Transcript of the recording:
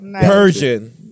Persian